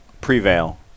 prevail